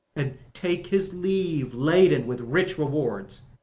and take his leave, laden with rich rewards.